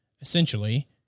essentially